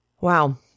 Wow